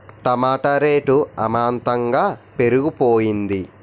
టమాట rate అమాంతంగా పెరిగిపోయింది